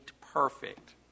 perfect